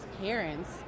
parents